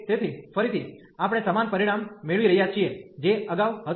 તેથી ફરીથી આપણે સમાન પરિણામ મેળવી રહ્યા છીએ જે અગાઉ હતું